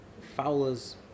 Fowler's